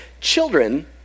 children